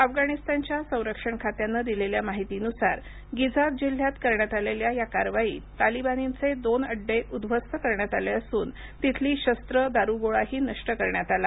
अफगाणिस्तानच्या संरक्षण खात्यानं दिलेल्या माहितीनुसार गिझाब जिल्ह्यात करण्यात आलेल्या या कारवाईत तालिबानींचे दोन अड्डे उध्वस्त करण्यात आले असून तिथली शस्त्रं दारुगोळाही नष्ट करण्यात आला